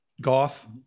Goth